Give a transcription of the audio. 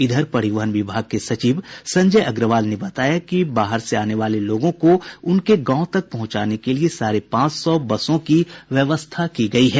इधर परिवहन विभाग के सचिव संजय अग्रवाल ने बताया कि बाहर से आने वाले लोगों को उनके गांव तक पहुंचाने के लिए साढ़े पांच सौ बसों की व्यवस्था की गयी है